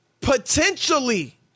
potentially